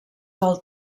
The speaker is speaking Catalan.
del